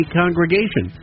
congregation